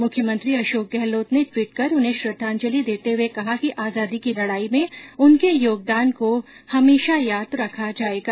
मुख्यमंत्री अशोक गहलोत ने ट्वीट कर उन्हे श्रद्वाजलि देते हुये कहा कि आजादी की लड़ाई में उनके योगदान को हमेशा याद रखा जायेगा